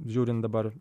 žiūrint dabar